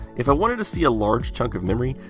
if i wanted to see a large chunk of memory,